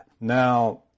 now